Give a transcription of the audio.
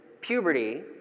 puberty